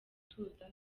gutuza